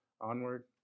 onward